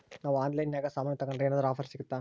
ನಾವು ಆನ್ಲೈನಿನಾಗ ಸಾಮಾನು ತಗಂಡ್ರ ಏನಾದ್ರೂ ಆಫರ್ ಸಿಗುತ್ತಾ?